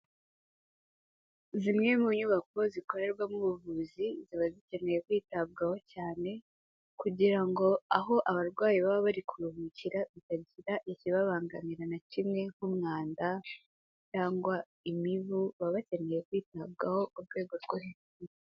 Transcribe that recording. Zimwe mu nyubako zikorerwamo ubuvuzi, ziba zikeneye kwitabwaho cyane, kugira ngo aho abarwayi baba bari kuruhukira hatagira ikibabangamira na kimwe nk'umwanda cyangwa imibu, baba bakeneye kwitabwaho mu rwego rwo hejuru.